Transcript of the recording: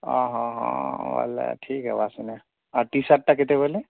ଓ ହଁ ହଁ ବୋଲେ ଠିକ୍ ହେବା ସେନେ ଆର୍ ଟି ସାର୍ଟ୍ଟା କେତେ ବୋଇଲେ